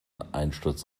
einsturz